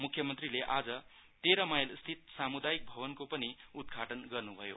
म्ख्यमन्त्रीले आज तेर माईलस्थित सामुदायिक भवनको पनि उद्घाटन गर्न् थियो